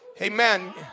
Amen